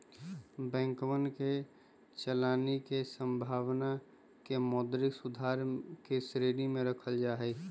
बैंकवन के चलानी के संभावना के मौद्रिक सुधार के श्रेणी में रखल जाहई